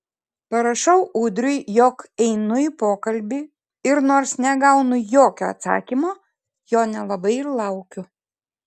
parašau ūdriui jog einu į pokalbį ir nors negaunu jokio atsakymo jo nelabai ir laukiu